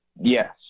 Yes